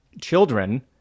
children